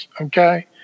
okay